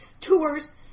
tours